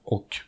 Och